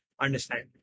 understand